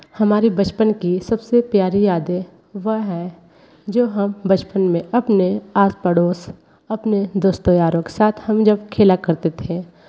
हमारी बचपन की सबसे प्यारी यादें वह हैं जो हम बचपन में अपने आस पड़ोस अपने दोस्तों यारों के साथ हम जब खेला करते थे